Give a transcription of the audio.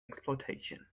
exploitation